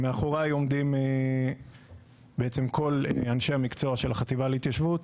מאחוריי עומדים כל אנשי המקצוע של החטיבה להתיישבות,